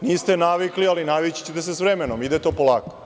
Niste navikli, ali navići ćete se sa vremenom, ide to polako.